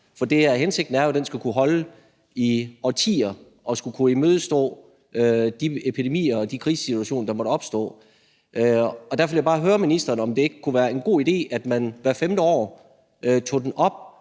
for hensigten er jo, at den skal kunne holde i årtier og skal kunne imødegå de epidemier og de krisesituationer, der måtte opstå. Derfor vil jeg bare høre ministeren, om det ikke kunne være en god idé, at man hvert 5. år tog den op,